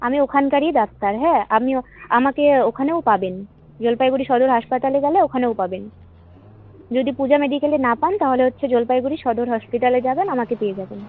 আমি ওখানকারই ডাক্তার হ্যাঁ আমিও আমাকে ওখানেও পাবেন জলপাইগুড়ি সদর হাসপাতালে গেলে ওখানেও পাবেন যদি পূজা মেডিক্যালে না পান তাহলে হচ্ছে জলপাইগুড়ি সদর হসপিটালে যাবেন আমাকে পেয়ে যাবেন